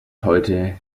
heute